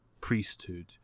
priesthood